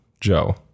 Joe